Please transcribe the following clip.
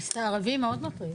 לגבי מסתערבים זה מאוד מטריד.